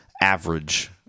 average